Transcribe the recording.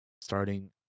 starting